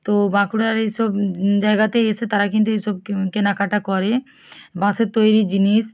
তো বাঁকুড়ার এই সব জায়গাতে এসে তারা কিন্তু এই সব কেনাকাটা করে বাঁশের তৈরি জিনিস